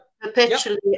perpetually